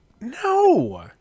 No